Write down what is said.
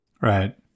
Right